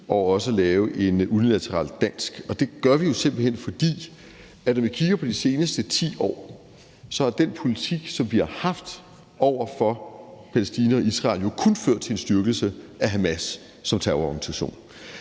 og også lave en unilateral dansk, og det gør vi jo simpelt hen af den grund, at når vi kigger på de sidste 10 år, er den politik, som vi haft over for Palæstina og Israel, jo kun ført til en styrkelse af Hamas som terrororganisation.